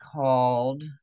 called